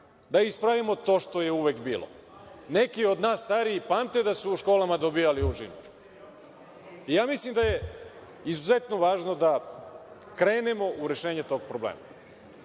da ispravimo to što je uvek bilo? Neki od nas starijih pamte da su u školama dobijali užinu. Mislim da je izuzetno važno da krenemo u rešenje tog problema.